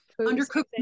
Undercooked